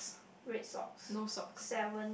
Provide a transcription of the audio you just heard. red socks seven